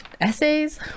Essays